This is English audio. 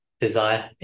desire